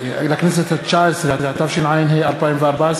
התשע"ה 2014,